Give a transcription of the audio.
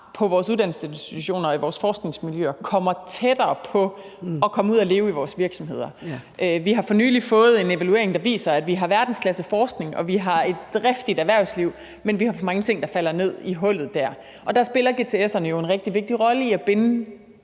på vores uddannelsesinstitutioner og i vores forskningsmiljøer, kommer tættere på at komme ud og leve i vores virksomheder. Vi har for nylig fået en evaluering, der viser, at vi har verdensklasseforskning, og at vi har et driftigt erhvervsliv, men at vi har mange ting, der falder ned i et hul, og der spiller GTS-institutterne jo en rigtig vigtig rolle i at binde